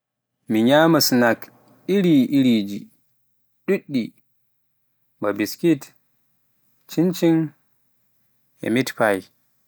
mi nyama snak iri-iriji ɗuɗɗi mba biskit, cincin e mitfiy.